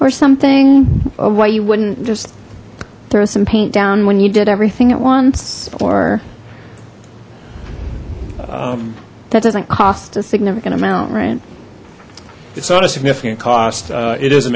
or something of why you wouldn't just throw some paint down when you did everything at once or that doesn't cost a significant amount right it's not a significant cost it is a